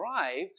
arrived